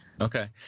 Okay